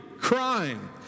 crime